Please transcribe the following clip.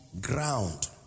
ground